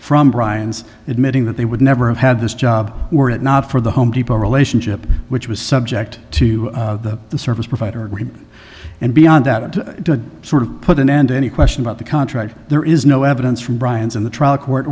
from brian's admitting that they would never have had this job were it not for the home depot relationship which was subject to the service provider and beyond that to sort of put an end to any question about the contract there is no evidence from brian's in the trial court